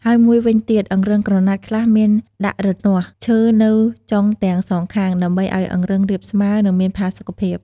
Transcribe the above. ហើយមួយវិញទៀត អង្រឹងក្រណាត់ខ្លះមានដាក់រនាស់ឈើនៅចុងទាំងសងខាងដើម្បីឲ្យអង្រឹងរាបស្មើ និងមានផាសុកភាព។